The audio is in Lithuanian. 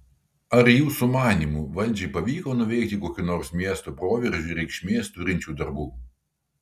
ar jūsų manymu valdžiai pavyko nuveikti kokių nors miesto proveržiui reikšmės turinčių darbų